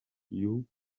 you